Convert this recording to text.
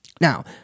Now